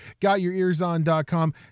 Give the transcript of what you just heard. gotyourearson.com